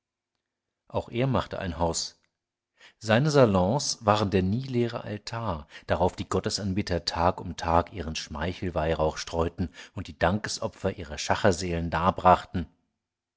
auch er machte ein haus seine salons waren der nie leere altar da rauf die goldanbeter tag um tag ihren schmeichel weihrauch streuten und die dankesopfer ihrer schacherseelen darbrachten